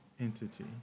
entity